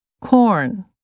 Corn